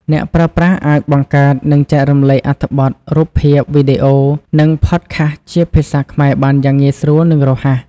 អ្នកប្រើប្រាស់អាចបង្កើត និងចែករំលែកអត្ថបទ រូបភាព វីដេអូ និងផតខាសជាភាសាខ្មែរបានយ៉ាងងាយស្រួល និងរហ័ស។